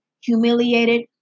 humiliated